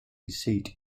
seat